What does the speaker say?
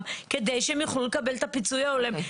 כדי שהם יוכלו לקבל את הפיצוי ההולם,